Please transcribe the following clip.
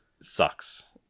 sucks